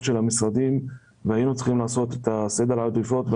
המשרדים והיינו צריכים לעשות את סדר העדיפויות.